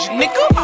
nigga